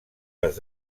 les